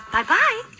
Bye-bye